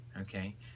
okay